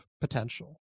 potential